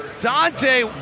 Dante